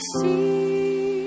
see